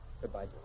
Goodbye